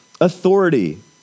authority